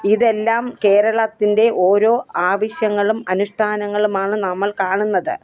ഇതെല്ലാം കേരളത്തിൻ്റെ ഓരോ ആവശ്യങ്ങളും അനുഷ്ഠാനങ്ങളുമാണ് നമ്മൾ കാണുന്നത്